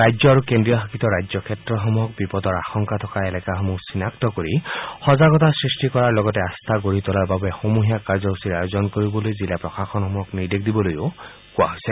ৰাজ্য আৰু কেন্দ্ৰ শাসিত অঞ্চলসমূহক লগতে বিপদৰ আশংকা থকা এলেকাসমূহ চিনাক্ত কৰি সজাগতা সৃষ্টি কৰাৰ লগতে আস্থা গঢ়ি তোলাৰ বাবে সমূহীয়া কাৰ্য্যসূচীৰ আয়োজন কৰিবলৈ জিলা প্ৰশাসনসমূহক নিৰ্দেশ দিবলৈ কোৱা হৈছে